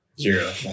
Zero